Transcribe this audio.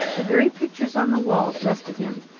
the very pictures on the walls rested him,